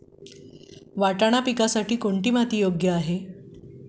वाटाणा पिकासाठी कोणती माती योग्य आहे?